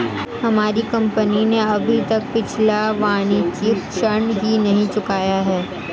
हमारी कंपनी ने अभी तक पिछला वाणिज्यिक ऋण ही नहीं चुकाया है